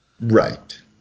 Right